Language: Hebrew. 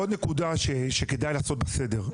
עוד נקודה שכדאי לעשות בה סדר,